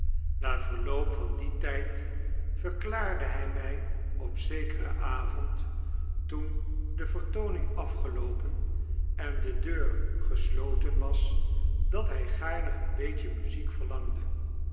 na verloop van dien tgd verklaarde hy my op zekeren avond toen de vertooning afgeloopen en de deur gesloten was dat hi gaarne een beetje muziek